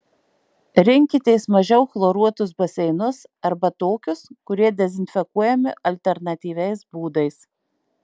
rinkitės mažiau chloruotus baseinus arba tokius kurie dezinfekuojami alternatyviais būdais